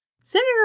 Senator